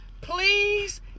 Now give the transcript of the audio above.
please